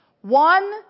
One